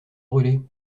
brûlée